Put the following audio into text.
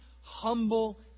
humble